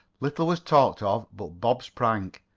little was talked of but bob's prank,